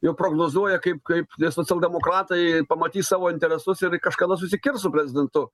jau prognozuoja kaip kaip nes socialdemokratai pamatys savo interesus ir kažkada susikirs su prezidentu